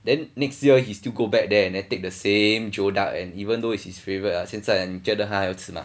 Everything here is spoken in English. then next year he still go back there and then take the same geoduck and even though is his favourite ah 现在啊你觉得他还要吃吗